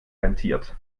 rentiert